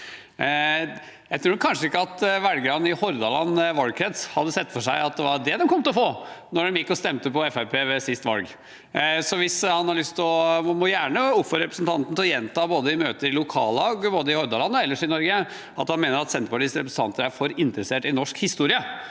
Jeg tror kanskje ikke velgerne i Hordaland valgkrets hadde sett for seg at det var det de kom til å få da de gikk og stemte på Fremskrittspartiet ved siste valg. Jeg oppfordrer gjerne representanten til å gjenta i møter i lokallag, både i Hordaland og ellers i Norge, at han mener at Senterpartiets representanter er for interessert i norsk historie.